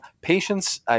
patience